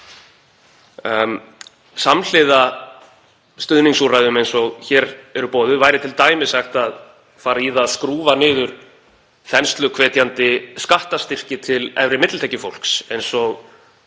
Samhliða stuðningsúrræðum eins og hér eru boðuð væri t.d. hægt að fara í það að skrúfa niður þensluhvetjandi skattastyrki til efri millitekjufólks eins og